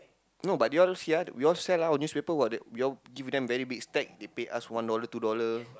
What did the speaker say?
no but you all see ah we all sell our newspaper got that we all give them very big stack they pay us one dollar two dollar